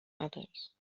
others